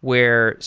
where